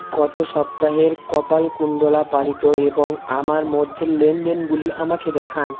গত সপ্তাহের কপালকুণ্ডলা পালিত এবং আমার মধ্যের লেনদেনগুলি আমাকে দেখান